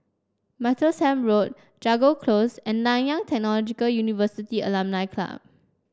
Martlesham Road Jago Close and Nanyang Technological University Alumni Club